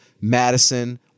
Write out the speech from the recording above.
Madison